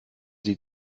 sie